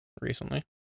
Recently